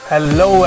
Hello